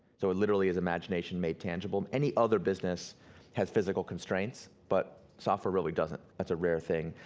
so it literally is imagination made tangible. and any other business has physical constraints, but software really doesn't, that's a rare thing.